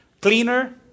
cleaner